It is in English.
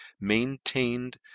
maintained